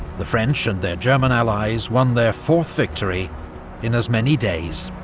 the french, and their german allies, won their fourth victory in as many days.